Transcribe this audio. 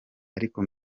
ariko